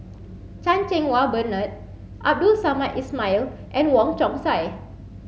Chan Cheng Wah Bernard Abdul Samad Ismail and Wong Chong Sai